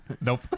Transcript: nope